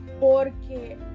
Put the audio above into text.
Porque